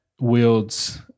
wields